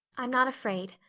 i'm not afraid.